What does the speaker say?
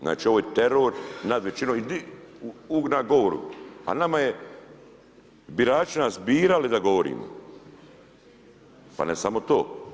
Znači, ovo je teror nad većinom na govoru, a nama je birači su nas birali da govorimo, pa ne samo to.